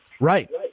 Right